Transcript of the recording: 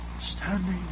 standing